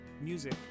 Music